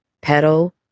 Petal